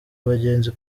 abagenzi